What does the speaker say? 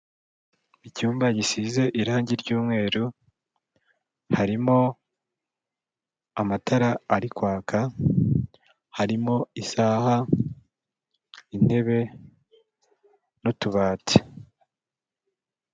Icyumba gisize irange ry'umweru, harimo amatara ari kwaka, harimo isaha, intebe n'utubati.